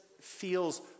feels